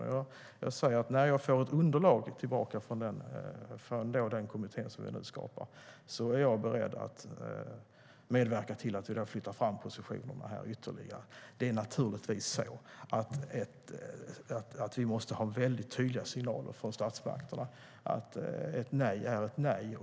När jag får tillbaka ett underlag från den kommitté vi nu skapar är jag beredd att medverka till att flytta fram positionerna ytterligare. Vi måste naturligtvis ha väldigt tydliga signaler från statsmakterna om att ett nej är ett nej.